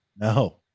No